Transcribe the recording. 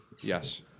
Yes